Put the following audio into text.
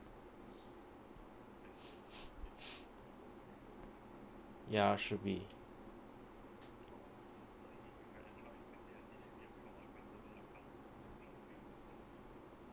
ya should be